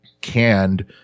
canned